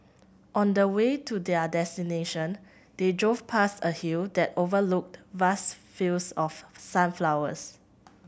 on the way to their destination they drove past a hill that overlooked vast fields of sunflowers